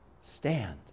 stand